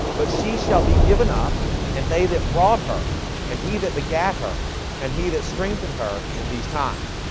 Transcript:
but she shall be given up and they that brought her and he that begat her and he that strengthened her in these times